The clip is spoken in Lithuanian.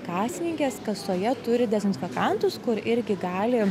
kasininkės kasoje turi dezinfekantus kur irgi gali